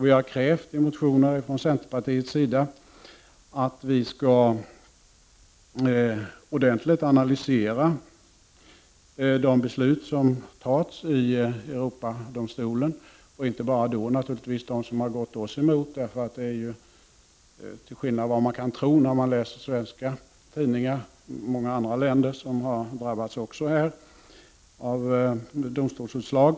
Vi har krävt i motioner från centerns sida att vi skall ha en ordentlig analys av de beslut som fattats av Europadomstolen, inte bara de domslut som har gått oss emot. Till skillnad från vad man kan tro när man läser svenska tidningar har även andra länder drabbats av sådana här domstolsutslag.